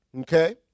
Okay